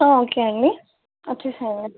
okay అండి వచ్చేసేయండి